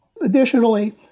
Additionally